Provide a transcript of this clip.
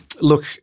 look